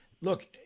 look